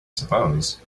suppose